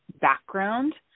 background